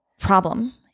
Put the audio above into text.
problem